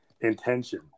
intention